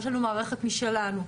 יש לנו מערכת משלנו,